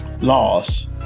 Laws